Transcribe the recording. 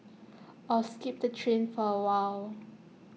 or skip the train for awhile